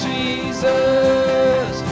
Jesus